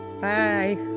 bye